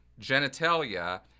genitalia